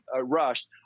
rushed